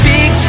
Big